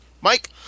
Mike